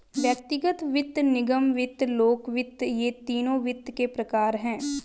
व्यक्तिगत वित्त, निगम वित्त, लोक वित्त ये तीनों वित्त के प्रकार हैं